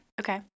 Okay